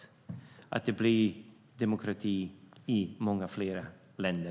Och jag hoppas att det blir demokrati i många fler länder.